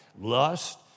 lust